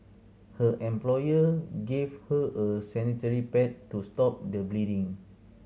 her employer gave her a sanitary pad to stop the bleeding